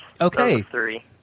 Okay